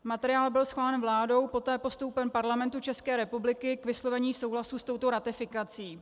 Materiál byl schválen vládou, poté postoupen Parlamentu České republiky k vyslovení souhlasu s touto ratifikací.